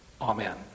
Amen